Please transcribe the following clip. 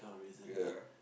ya